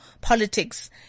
politics